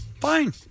Fine